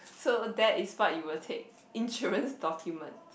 so that is what you will take insurance document